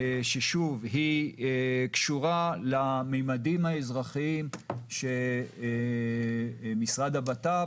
שהיא קשורה לממדים האזרחיים שמשרד הבט"פ